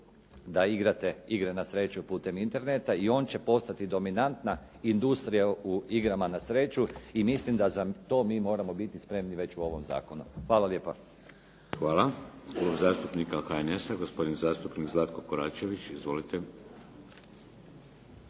da igrate igre na sreću putem interneta i on će postati dominantna industrija u igrama na sreću. I mislim da za to mi moramo biti spremni već u ovom zakonu. Hvala lijepa.